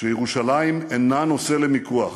שירושלים אינה נושא למיקוח.